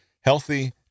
healthy